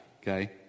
okay